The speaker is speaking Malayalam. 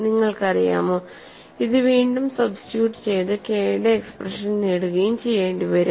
നിങ്ങൾക്കറിയാമോ ഇത് വീണ്ടും സബ്സ്റ്റിട്യൂട്ട് ചെയ്തു കെ യുടെ എക്സ്പ്രഷൻ നേടുകയും ചെയ്യേണ്ടിവരും